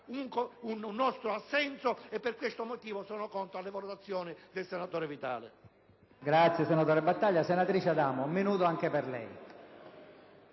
un nostro assenso. Per questo motivo, sono contro le valutazioni del senatore Vitali.